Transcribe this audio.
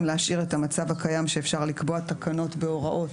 להשאיר את המצב הקיים שאפשר לקבוע תקנות בהוראות,